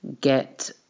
get